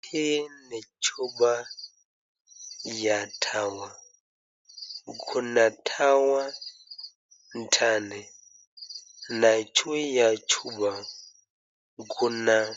Hii ni chupa ya dawa Kuna dawa ndani na juu ya chupa kuna